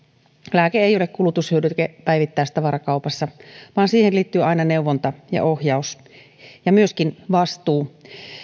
lääke ei ole kulutushyödyke päivittäistavarakaupassa vaan siihen liittyy aina neuvonta ja ohjaus ja myöskin vastuu